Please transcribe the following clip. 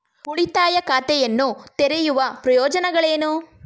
ಉಳಿತಾಯ ಖಾತೆಯನ್ನು ತೆರೆಯುವ ಪ್ರಯೋಜನಗಳೇನು?